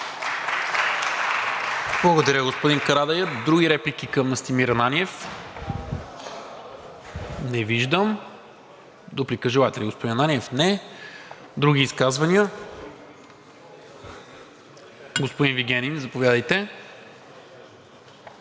Благодаря, господин Карадайъ. Други реплики към Настимир Ананиев? Не виждам. Дуплика желаете ли, господин Ананиев? Не. Други изказвания? Господин Вигенин, заповядайте.